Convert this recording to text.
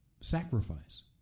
sacrifice